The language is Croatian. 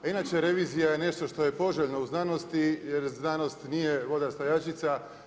A inače revizija je nešto što je poželjno u znanosti, jer znanost nije voda stajačica.